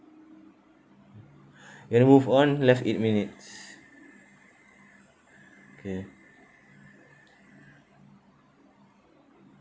you wanna move on left eight minutes okay